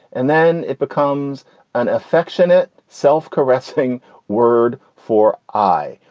and then it becomes an affectionate, self-correcting word for i.